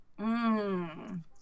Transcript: Mmm